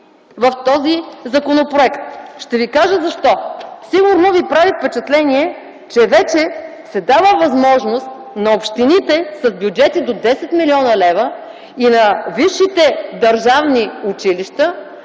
в този законопроект? Ще ви кажа защо. Сигурно ви прави впечатление, че вече се дава възможност на общините с бюджети до 10 млн. лв. и на висшите държавни училища